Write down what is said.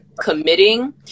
committing